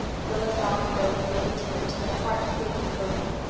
rilla saw him go with many tears but a heart free from boding.